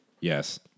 yes